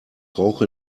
rauche